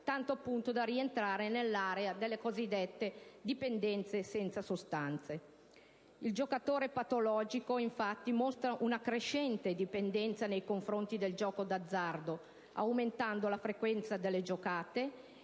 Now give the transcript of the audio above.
tanto da rientrare nell'area delle cosiddette dipendenze senza sostanze. Il giocatore patologico, infatti, mostra una crescente dipendenza nei confronti del gioco d'azzardo aumentando la frequenza delle giocate,